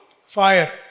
fire